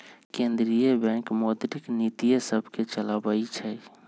केंद्रीय बैंक मौद्रिक नीतिय सभके चलाबइ छइ